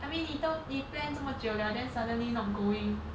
I mean 你都你 plan 这么久了 then suddenly not going